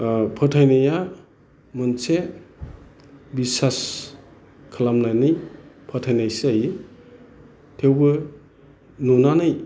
फोथायनाया मोनसे बिसास खालामनानै फोथायनायसो जायो थेवबो नुनानै